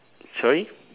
sorry